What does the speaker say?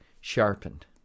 sharpened